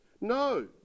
No